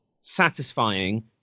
satisfying